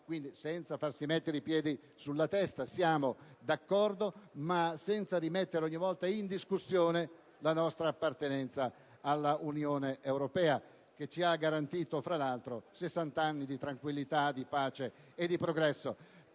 quindi senza farsi mettere i piedi in testa - siamo d'accordo - ma senza rimettere ogni volta in discussione la nostra appartenenza all'Unione europea, che ci ha garantito, tra l'altro, 60 anni di tranquillità, di pace e di progresso.